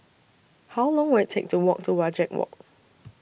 How Long Will IT Take to Walk to Wajek Walk